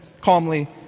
calmly